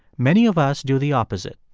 many of us do the opposite.